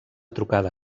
trucada